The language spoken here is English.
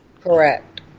Correct